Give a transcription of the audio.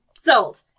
sold